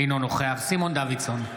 אינו נוכח סימון דוידסון,